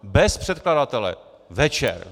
Bez předkladatele, večer!